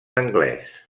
anglès